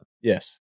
Yes